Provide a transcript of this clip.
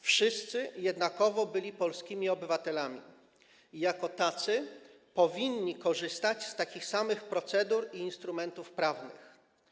Wszyscy jednakowo byli polskimi obywatelami i jako tacy powinni korzystać z takich samych procedur i instrumentów prawnych.